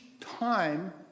time